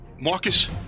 Marcus